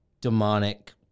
Demonic